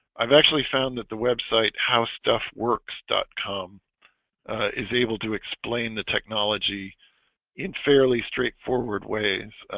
i've actually found that the website howstuffworks dot com is able to explain the technology in fairly straightforward ways?